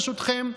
ברשותכם,